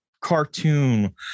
cartoon